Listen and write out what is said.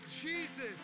Jesus